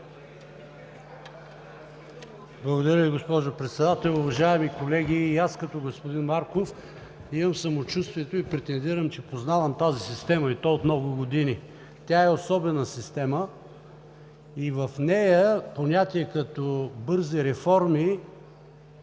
Благодаря Ви, госпожо Председател. Уважаеми колеги и аз като господин Марков имам самочувствието и претендирам, че познавам тази система и то от много години. Тя е особена система и в нея понятие като „бързи реформи“